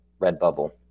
Redbubble